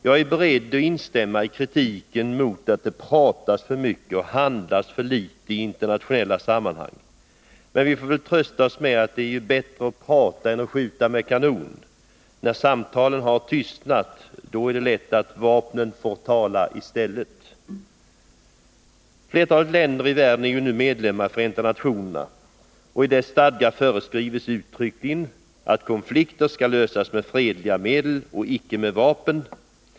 Jag är beredd att instämma i kritiken mot att det pratas för mycket och handlas för litet i internationella sammanhang. Men vi får väl trösta oss med att det är bättre att prata än att skjuta med kanon. När samtalen har tystnat, då ligger det nära till hands att vapnen får tala i stället. Flertalet länder i världen är nu medlemmar i Förenta nationerna. I dess stadgar föreskrivs uttryckligen att konflikter skall lösas med fredliga medel och icke med vapen.